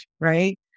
right